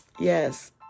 Yes